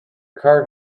car